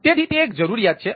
તેથી તે એક જરૂરિયાત છે